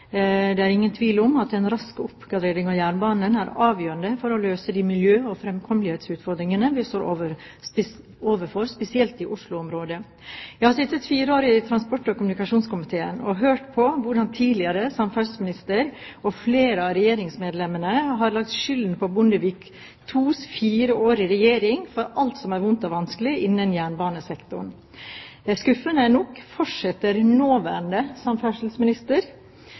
Det er ingen tvil om at en rask oppgradering av jernbanen er avgjørende for å løse de miljø- og fremkommelighetsutfordringene vi står overfor, spesielt i Oslo-området. Jeg har sittet fire år i transport- og kommunikasjonskomiteen og hørt på hvordan tidligere samferdselsminister og flere av regjeringsmedlemmene har lagt skylden på Bondevik IIs fire år i regjering for alt som er vondt og vanskelig innen jernbanesektoren. Skuffende nok fortsetter nåværende samferdselsminister